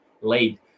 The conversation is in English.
laid